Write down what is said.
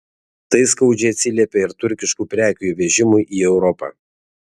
tai skaudžiai atsiliepia ir turkiškų prekių įvežimui į europą